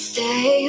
Stay